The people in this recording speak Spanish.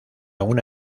una